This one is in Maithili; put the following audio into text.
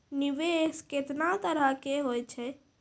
निवेश केतना तरह के होय छै?